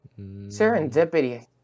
Serendipity